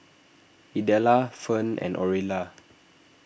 Idella Ferne and Orilla